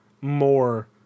more